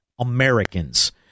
Americans